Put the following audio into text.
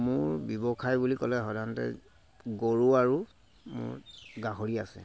মোৰ ব্যৱসায় বুলি ক'লে সাধাৰণতে গৰু আৰু মোৰ গাহৰি আছে